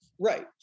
right